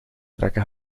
trekke